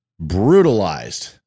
brutalized